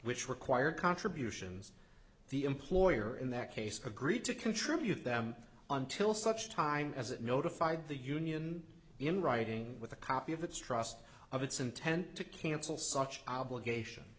which require contributions the employer in that case agreed to contribute them until such time as it notified the union in writing with a copy of its trust of its intent to cancel such obligation